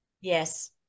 Yes